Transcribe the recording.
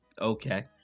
Okay